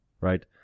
right